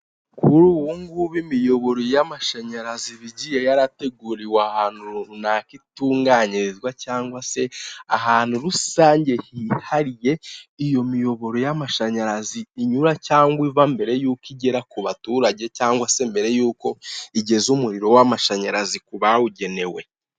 Kuri ubu ngubu imiyoboro y'amashanyarazi bigiye yarateguriwe ahantu runaka itunganyirizwa cyangwa se ahantu rusange hihariye iyo miyoboro y'amashanyarazi inyura cyangwa iva mbere yuko igera ku baturage cyangwa se mbere y'uko igeza umuriro w'amashanyarazi ku bawugenewe.